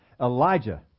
Elijah